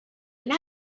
and